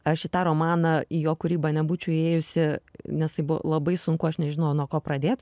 aš į tą romaną į jo kūrybą nebūčiau įėjusi nes tai buvo labai sunku aš nežinojau nuo ko pradėt